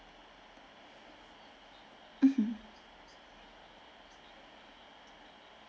mmhmm